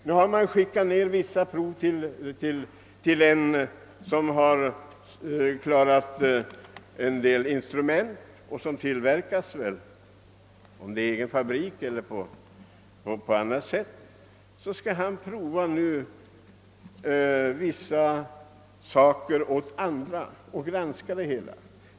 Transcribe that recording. Nu har man skickat ned vissa prov för granskning till en person i Danmark som har tillverkat en del instrument.